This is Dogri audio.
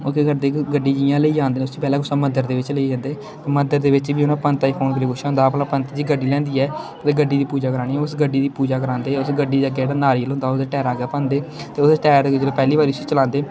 ओह् केह् करदे कि गड्डी जियां लेइयै औंदे न उस्सी पैह्लें कुसै मंदर दे बिच्च लेइयै जंदे मंदर दे बिच्च बी उ'नें पंतै गी फोन करियै पुच्छे दा होंदा ऐ भला पंत जी गड्डी लेआंदी ऐ ओह्दी गड्डी दी पूजा करानी ऐ उस गड्डी दी पूजा करांदे उस गड्डी दे अग्गें जेह्ड़ा नारियल होंदा ओह्दे टैरा अग्गें भन्नदे ते ओह्दे टैर गी जेल्लै पैह्ली बारी उस्सी चलांदे